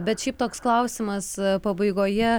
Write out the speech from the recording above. bet šiaip toks klausimas pabaigoje